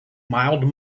mild